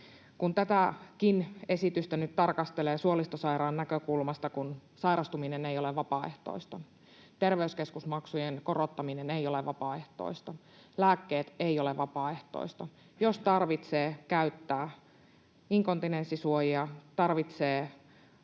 Kun tätäkin esitystä nyt tarkastelee suolistosairaan näkökulmasta, kun sairastuminen ei ole vapaaehtoista, terveyskeskusmaksujen korottaminen ei ole vapaaehtoista, lääkkeet eivät ole vapaaehtoisia, jos tarvitsee käyttää inkontinenssisuojia, tarvitsee